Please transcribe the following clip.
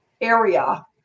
area